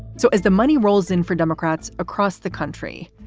so as the money rolls in for democrats across the country,